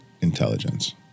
intelligence